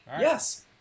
Yes